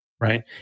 right